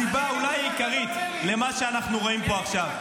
-- היא אולי הסיבה העיקרית למה שאנחנו רואים פה עכשיו.